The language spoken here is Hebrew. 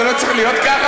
זה לא צריך להיות ככה?